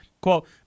Quote